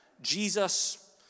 Jesus